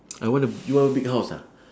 I want a you want big house ah